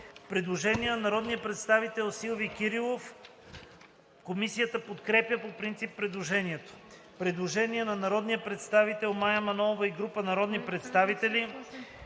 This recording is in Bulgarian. Предложение на народния представител Силви Кирилов. Комисията подкрепя по принцип предложението. Предложение на народния представител Мая Манолова и група народни представители.